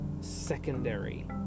secondary